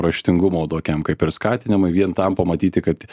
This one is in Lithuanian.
raštingumo tokiam kaip ir skatinamui vien tam pamatyti kad